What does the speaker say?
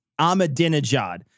Ahmadinejad